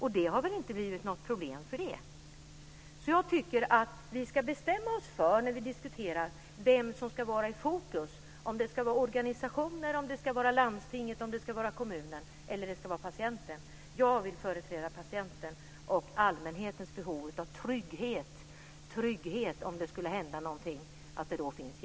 Det har inte inneburit några problem. Jag tycker att vi ska bestämma oss för vem som ska vara i fokus när vi diskuterar - organisationen, landstinget, kommunen eller patienten. Jag vill företräda patienten och försöka tillfredsställa allmänhetens behov av trygghet. Det ska finnas hjälp om det skulle hända någonting.